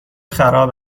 خراب